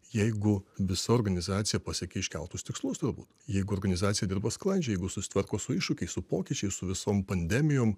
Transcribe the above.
jeigu visa organizacija pasiekia iškeltus tikslus galbūt jeigu organizacija dirba sklandžiai jeigu susitvarko su iššūkiais su pokyčiais su visom pandemijom